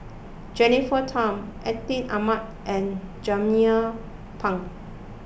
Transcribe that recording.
Jennifer Tham Atin Amat and Jernnine Pang